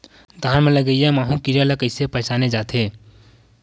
धान म लगईया माहु कीरा ल कइसे पहचाने जाथे?